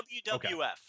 WWF